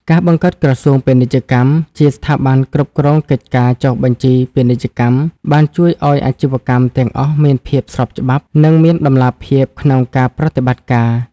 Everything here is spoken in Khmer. ការបង្កើតក្រសួងពាណិជ្ជកម្មជាស្ថាប័នគ្រប់គ្រងកិច្ចការចុះបញ្ជីពាណិជ្ជកម្ម បានជួយឱ្យអាជីវកម្មទាំងអស់មានភាពស្របច្បាប់ និងមានតម្លាភាពក្នុងការប្រតិបត្តិការ។